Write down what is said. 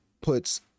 puts